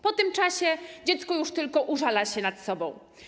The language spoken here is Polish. Po tym czasie dziecko już tylko użala się nad sobą˝